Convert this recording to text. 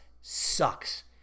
sucks